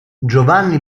giovanni